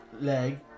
leg